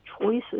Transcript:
choices